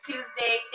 Tuesday